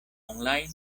online